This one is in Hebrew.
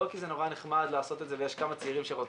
לא כי זה נורא נחמד לעשות את זה ויש כמה צעירים שרוצים.